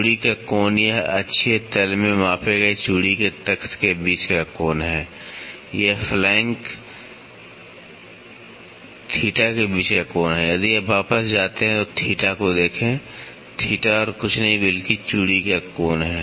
चूड़ी का कोण यह अक्षीय तल में मापे गए चूड़ी के तख़्त के बीच का कोण है यह फ़्लैंक थीटा के बीच का कोण है यदि आप वापस जाते हैं तो थीटा को देखें थीटा और कुछ नहीं बल्कि चूड़ी का कोण है